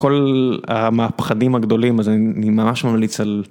כל המהפכנים הגדולים, אז אני ממש ממליץ על...